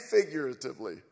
figuratively